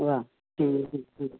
वा